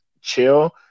chill